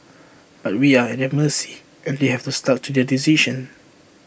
but we are at their mercy and they have stuck to their decision